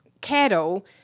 cattle